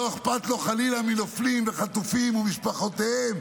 שלא אכפת לו חלילה מנופלים וחטופים וממשפחותיהם,